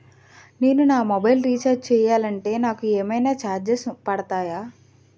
నేను నా mobile recharge చేయాలంటే నాకు ఏమైనా చార్జెస్ పడతాయా?